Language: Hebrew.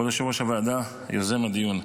כבוד יושב-ראש הוועדה, יוזם הדיון,